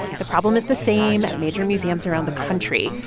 the problem is the same at major museums around the country.